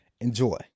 Enjoy